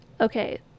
okay